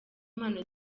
impano